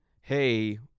hey